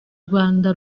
rwanda